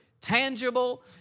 tangible